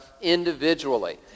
individually